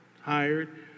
hired